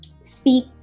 speak